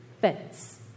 fence